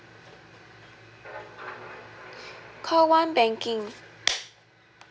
call one banking